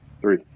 three